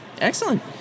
Excellent